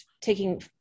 taking